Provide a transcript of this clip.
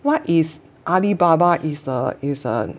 what is Alibaba is the is err